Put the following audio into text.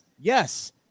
yes